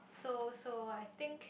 so so I think